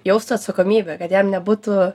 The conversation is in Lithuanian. jaustų atsakomybę kad jam nebutu